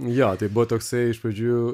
jo tai buvo toksai iš pradžių